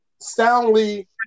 soundly